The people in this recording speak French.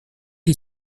est